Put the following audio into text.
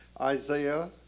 Isaiah